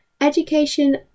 education